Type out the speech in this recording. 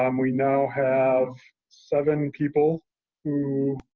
um we now have seven people who